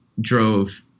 drove